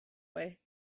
way